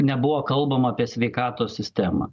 nebuvo kalbama apie sveikatos sistemą